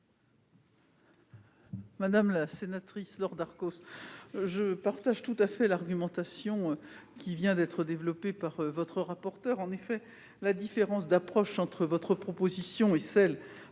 Madame la sénatrice, je partage tout à fait l'argumentation qui vient d'être développée par votre rapporteur. La différence d'approche entre votre proposition et celle